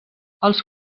els